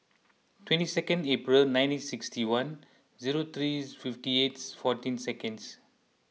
twenty second April nineteen sixty one zero three fifty eight fourteen seconds